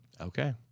Okay